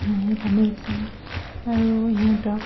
হাঁহে পানী বিচাৰে আৰু সিহঁতক